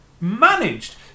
managed